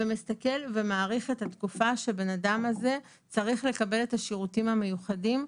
מסתכל ומעריך את התקופה שהאדם הזה צריך לקבל את השירותים המיוחדים.